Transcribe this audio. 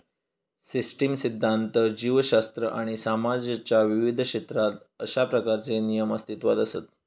system सिध्दांत, जीवशास्त्र आणि समाजाच्या विविध क्षेत्रात अशा प्रकारचे नियम अस्तित्वात असत